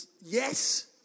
yes